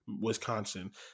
Wisconsin